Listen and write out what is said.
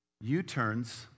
U-turns